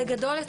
בגדול,